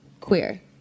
queer